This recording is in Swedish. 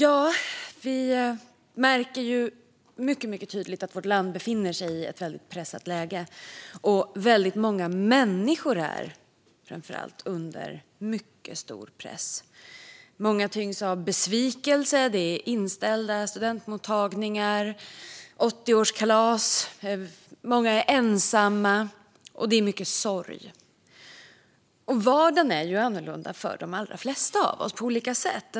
Fru talman! Vi märker mycket tydligt att vårt land befinner sig i ett väldigt pressat läge, och framför allt är många människor under mycket stor press. Många tyngs av besvikelse - inställda studentmottagningar och 80-årskalas. Många är ensamma, och det är mycket sorg. Och vardagen är annorlunda för de allra flesta av oss på olika sätt.